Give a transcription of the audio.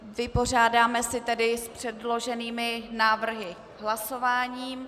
Vypořádáme se tady s předloženými návrhy hlasováním.